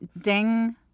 Ding